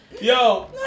Yo